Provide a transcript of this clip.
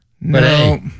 No